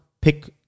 pick